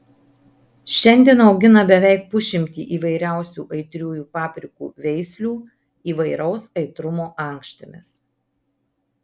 šiandien augina beveik pusšimtį įvairiausių aitriųjų paprikų veislių įvairaus aitrumo ankštimis